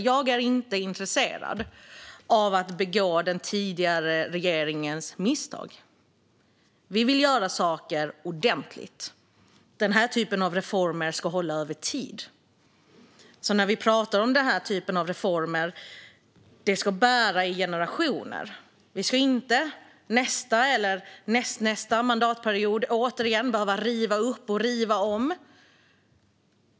Jag är inte intresserad av att begå den tidigare regeringens misstag. Vi vill göra saker ordentligt. Den här typen av reformer ska hålla över tid. De ska bära i generationer. Vi ska inte under nästa eller nästnästa mandatperiod återigen behöva riva upp och göra om.